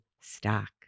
stock